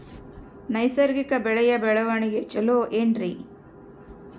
ನೈಸರ್ಗಿಕ ಬೆಳೆಯ ಬೆಳವಣಿಗೆ ಚೊಲೊ ಏನ್ರಿ?